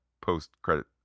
post-credit